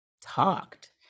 talked